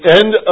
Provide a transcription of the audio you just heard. end